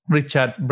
Richard